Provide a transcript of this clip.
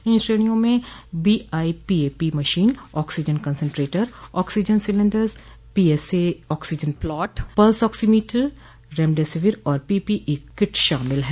इन श्रेणिया में BiPAP machine oxygen concentrator oxygen cylinders PSA oxygen plant pulse oximeter remdesivir और PPE kit शामिल हैं